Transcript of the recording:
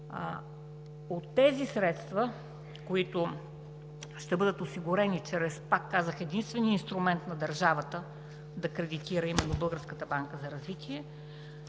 От тези средства, които ще бъдат осигурени, пак казах, единственият инструмент на държавата да кредитира, а именно Българската банка за развитие,